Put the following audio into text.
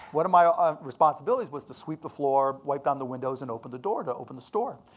one of my ah ah responsibilities was to sweep the floor, wipe down the windows and open the door to open the store.